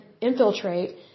infiltrate